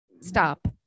Stop